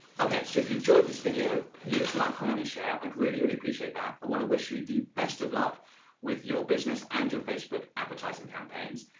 ok so if you enjoyed this video, please like, comment and share. i'd really really appreciate that. i want to wish you the best of luck with your business, and your facebook advertising campaigns.